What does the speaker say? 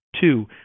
Two